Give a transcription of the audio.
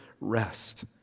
Rest